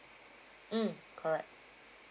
mm correct